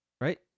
right